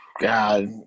God